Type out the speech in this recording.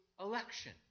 election